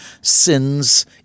sins